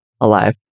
alive